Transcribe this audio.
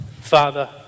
Father